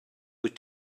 wyt